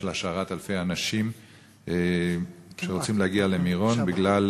של השארת אלפי אנשים שרוצים להגיע למירון בגלל